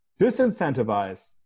disincentivize